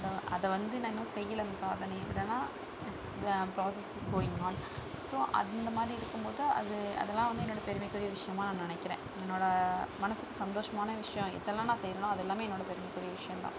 அதை அதை வந்து நான் இன்னும் செய்யலை அந்த சாதனையை பட் ஆனால் it's process going on so அந்தமாதிரி இருக்கும்போது அதில் அதெல்லாம் வந்து என்னோட பெருமைக்குரிய விஷயமா நான் நினைக்குறேன் என்னோட மனதுக்கு சந்தோசமான விஷயம் எதெல்லாம் நான் செய்கிறேனோ அது எல்லாம் என்னோட பெருமைக்குரிய விஷயம்தான்